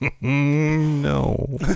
no